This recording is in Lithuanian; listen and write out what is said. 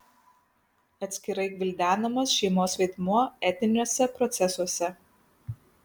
atskirai gvildenamas šeimos vaidmuo etniniuose procesuose